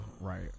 right